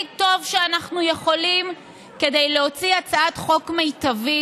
טוב שאנחנו יכולים כדי להוציא הצעת חוק מיטבית,